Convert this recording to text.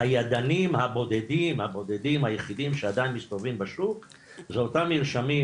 הידניים הבודדים היחידים שעדיין מסתובבים בשוק זה אותם מרשמים